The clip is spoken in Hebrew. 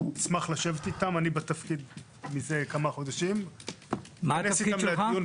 היוזמים ואני שהחוק הנוסף ירחיב ויצליח לא פחות מהחוק המקורי,